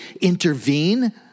intervene